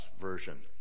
version